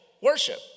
worship